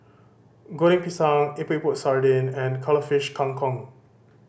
Goreng Pisang Epok Epok Sardin and Cuttlefish Kang Kong